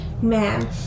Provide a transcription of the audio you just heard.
man